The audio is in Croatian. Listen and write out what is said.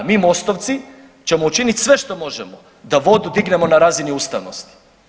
Mi MOST-ovci ćemo učiniti sve što možemo da vodu dignemo na razini ustavnosti.